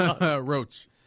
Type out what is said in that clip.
Roach